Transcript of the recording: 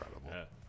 incredible